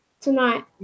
tonight